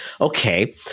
okay